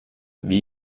wie